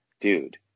dude